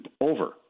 over